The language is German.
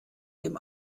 dem